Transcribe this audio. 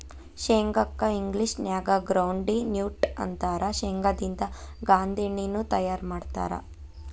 ಶೇಂಗಾ ಕ್ಕ ಇಂಗ್ಲೇಷನ್ಯಾಗ ಗ್ರೌಂಡ್ವಿ ನ್ಯೂಟ್ಟ ಅಂತಾರ, ಶೇಂಗಾದಿಂದ ಗಾಂದೇಣ್ಣಿನು ತಯಾರ್ ಮಾಡ್ತಾರ